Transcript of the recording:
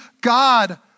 God